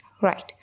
right